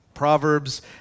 Proverbs